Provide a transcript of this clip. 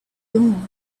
dawn